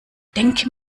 denke